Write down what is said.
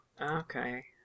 Okay